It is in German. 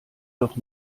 doch